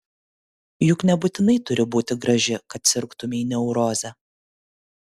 juk nebūtinai turi būti graži kad sirgtumei neuroze